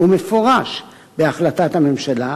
ומפורש בהחלטת הממשלה,